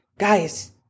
guys